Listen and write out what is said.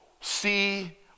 see